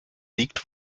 liegt